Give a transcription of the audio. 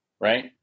right